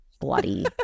bloody